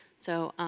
so,